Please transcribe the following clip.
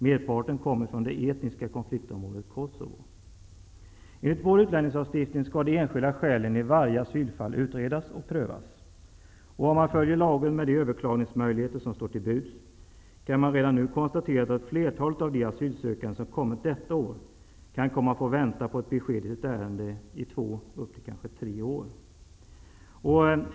Merparten kommer från det etniska konfliktområdet Kosovo. Enligt vår utlänningslagstiftning skall de enskilda skälen i varje asylfall utredas och prövas. Om man följer lagen, med de överklagningsmöjligheter som står till buds, kan redan nu konstateras att flertalet av de asylsökande som kommit detta år kan komma att få vänta på ett besked i sitt ärende i två eller kanske upp till tre år.